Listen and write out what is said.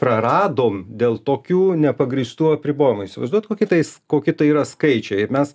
praradom dėl tokių nepagrįstų apribojimų įsivaizduojat koki tai s koki tai yra skaičiai ir mes